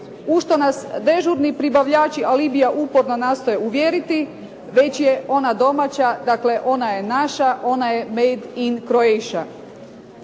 što nas dežurni pribavljači alibija uporno nastoje uvjeriti već je ona domaća, dakle, ona je naša, ona je made in Croatia.